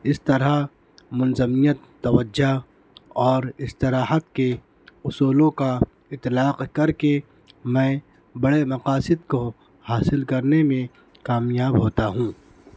اس طرح منظمیت توجہ اور استراحت کے اصولوں کا اطلاق کر کے میں بڑے مقاصد کو حاصل کرنے میں کامیاب ہوتا ہوں